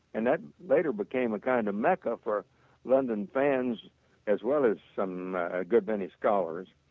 and that later became a kind of make up for london fans as well as some good many scholar.